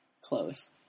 Close